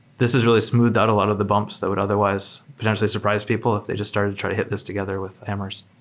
this has really smoothed out a lot of the bumps that would otherwise potentially surprise people if they just started to try to hit these together with hammers.